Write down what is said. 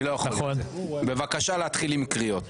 בבקשה להתחיל עם קריאות.